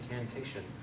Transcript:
incantation